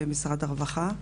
במשרד הרווחה.